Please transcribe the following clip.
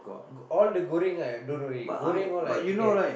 all the goreng right don't worry goreng all I take care